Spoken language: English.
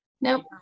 Nope